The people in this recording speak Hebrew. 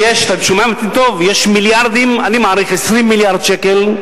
יש מיליארדים, אני מעריך 20 מיליארד שקל,